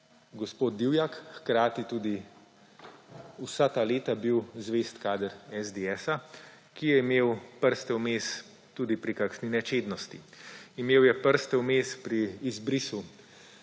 gospod Divjak hkrati tudi vsa ta leta bil zvest kader SDS, ki je imel prste vmes tudi pri kakšni nečednosti. Imel je prste vmes pri izbrisu